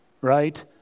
right